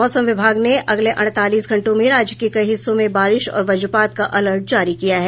मौसम विभाग ने अगले अड़तालीस घंटों में राज्य के कई हिस्सों में बारिश और वज्रपात का अलर्ट जारी किया है